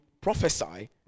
prophesy